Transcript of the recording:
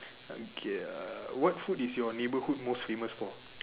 okay uh what food is your neighbourhood most famous for